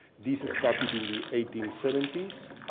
this started in the eighteen seventy s.